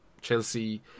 Chelsea